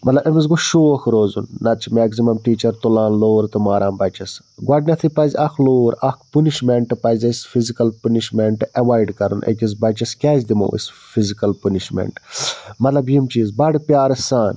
مطلب أمِس گوٚژھ شوق روزُن نَتہٕ چھُ میٚکزِمَم ٹیٖچَر تُلان لوٗر تہٕ ماران بَچَس گۄڈنٮ۪تھٕے پَزِ اَکھ لوٗر اَکھ پُنِشمٮ۪نٛٹہٕ پَزِ اَسہِ فِزیکَل پُنِشمٮ۪نٹہٕ اٚوایِڈ کَرُن أکِس بَچَس کیٛازِ دِمو أسۍ فِزیکَل پُنِشمٮ۪نٛٹ مَطلب یِم چیٖز بَڈٕ پیارٕ سان